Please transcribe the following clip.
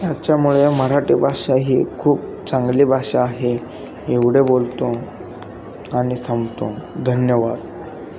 याच्यामुळे मराठी भाषा ही खूप चांगली भाषा आहे एवढे बोलतो आणि थांबतो धन्यवाद